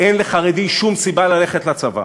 אין לחרדי שום סיבה ללכת לצבא,